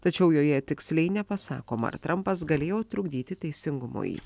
tačiau joje tiksliai nepasakoma ar trampas galėjo trukdyti teisingumui